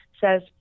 says